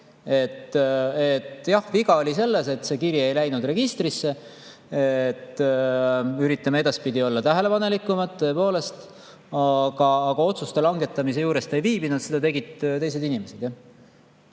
Jah, viga oli selles, et see kiri ei läinud [kirja] registrisse. Üritame edaspidi olla tähelepanelikumad, tõepoolest. Aga otsuste langetamise juures ta ei viibinud, seda tegid teised inimesed.